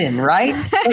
right